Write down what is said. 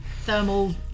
thermal